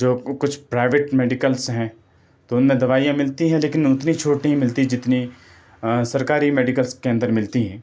جو کچھ private medicals ہیں تو ان میں دوائیاں ملتی ہیں لیکن اتنی چھوٹ نہیں ملتی جتنی سرکاری میڈیکلس کے اندر ملتی ہیں